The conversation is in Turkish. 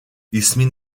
i̇smin